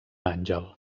àngel